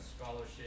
scholarship